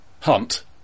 hunt